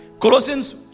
Colossians